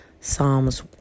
Psalms